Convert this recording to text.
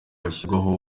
hashyirwaho